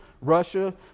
Russia